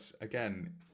again